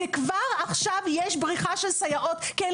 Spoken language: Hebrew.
וכבר עכשיו יש בריחה של סייעות כי אין